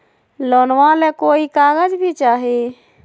लोनमा ले कोई कागज भी चाही?